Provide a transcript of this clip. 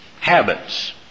habits